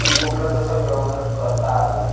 पण कुठलाच असला व्यवहार करता आला नाही